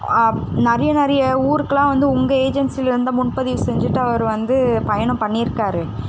நிறைய நிறைய ஊருக்கெலாம் வந்து உங்கள் ஏஜென்சில இருந்துதான் முன்பதிவு செஞ்சிட்டு அவர் வந்து பயணம் பண்ணியிருக்காரு